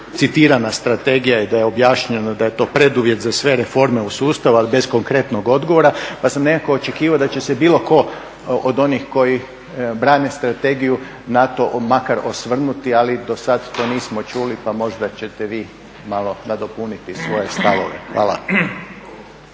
citirana strategija i da je objašnjeno da je to preduvjet za sve reforme u sustavu ali bez konkretnog odgovora. Pa sam nekako očekivao da će se bilo tko od onih koji brane strategiju na to makar osvrnuti, ali dosad to nismo čuli pa možda ćete vi malo nadopuniti svoje stavove. Hvala.